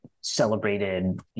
celebrated